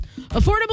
affordable